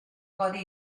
codi